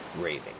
raving